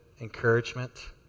encouragement